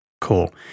Cool